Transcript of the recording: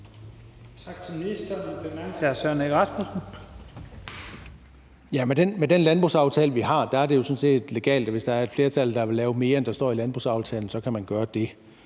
Tak til ministeren.